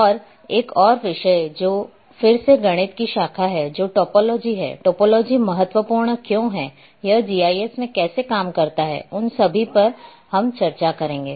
और एक और विषय जो फिर से गणित की शाखा है जो टोपोलॉजी है टोपोलॉजी महत्वपूर्ण क्यों है यह जीआईएस में कैसे काम करता है उन सभी चीजों पर हम चर्चा करेंगे